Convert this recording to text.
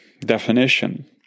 definition